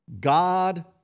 God